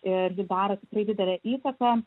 ir ji daro tikrai didelę įtaką